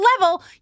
level